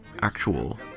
actual